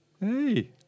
Hey